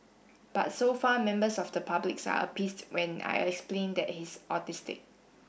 but so far members of the public are appeased when I explain that he's autistic